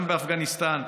גם באפגניסטן,